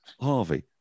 Harvey